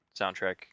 soundtrack